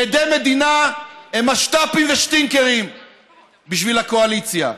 עדי מדינה הם משת"פים ושטינקרים בשביל הקואליציה,